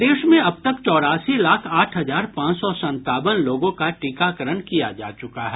प्रदेश में अब तक चौरासी लाख आठ हजार पांच सौ संतावन लोगों का टीकाकरण किया जा चुका है